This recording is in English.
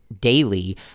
daily